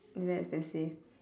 it's very expensive